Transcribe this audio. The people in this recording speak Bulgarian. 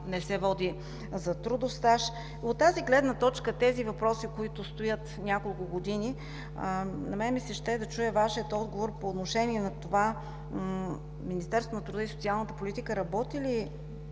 не се води за трудов стаж. От тази гледна точка по тези въпроси, които стоят няколко години, на мен ми се иска да чуя Вашия отговор по отношение на това Министерство на труда и социалната политика работи ли,